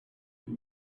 that